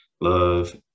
love